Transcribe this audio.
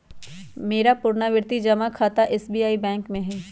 मेरा पुरनावृति जमा खता एस.बी.आई बैंक में हइ